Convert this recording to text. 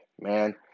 man